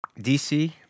DC